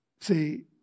See